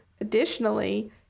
Additionally